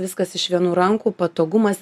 viskas iš vienų rankų patogumas